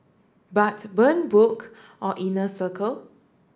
but burn book or inner circle